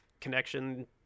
connection